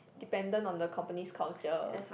dependent on the company's culture